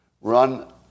run